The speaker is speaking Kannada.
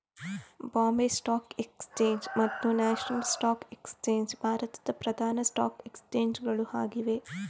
ಬಾಂಬೆ ಸ್ಟಾಕ್ ಎಕ್ಸ್ಚೇಂಜ್ ಮತ್ತು ನ್ಯಾಷನಲ್ ಸ್ಟಾಕ್ ಎಕ್ಸ್ಚೇಂಜ್ ಭಾರತದ ಪ್ರಧಾನ ಸ್ಟಾಕ್ ಎಕ್ಸ್ಚೇಂಜ್ ಗಳು ಆಗಿವೆ